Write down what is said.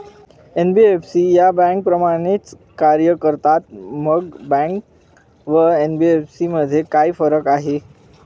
NBFC या बँकांप्रमाणेच कार्य करतात, मग बँका व एन.बी.एफ.सी मध्ये काय फरक आहे?